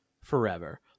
forever